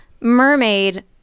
Mermaid